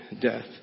death